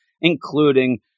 Including